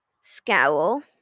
scowl